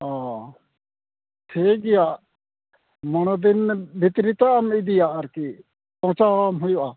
ᱚ ᱴᱷᱤᱠ ᱜᱮᱭᱟ ᱢᱚᱬᱮ ᱫᱤᱱ ᱵᱷᱤᱛᱨᱤ ᱛᱚ ᱟᱢ ᱤᱫᱤᱭᱟ ᱟᱨᱠᱤ ᱯᱳᱣᱪᱷᱟᱣᱟᱢ ᱦᱩᱭᱩᱜᱼᱟ